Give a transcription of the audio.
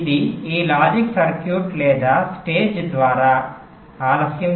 ఇది ఈ logic circuit లేదా స్టేజ్ ద్వారా ఆలస్యం